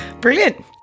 brilliant